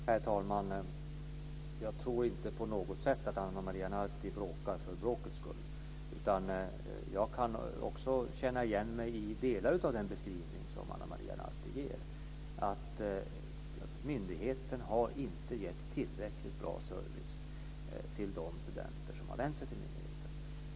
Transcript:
Herr talman! Jag tror inte att Ana Maria Narti bråkar för bråkets skull. Jag kan också känna igen mig i delar av den beskrivning som hon ger, att myndigheten inte har gett tillräckligt bra service till de studenter som har vänt sig till myndigheten.